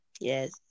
Yes